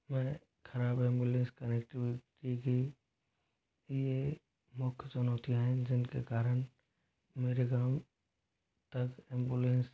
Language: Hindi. में खराब एम्बुलेंस कनेक्टिविटी की ये मुख्य चुनौतियाँ हैं जिनके कारण मेरे गाँव तक एम्बुलेंस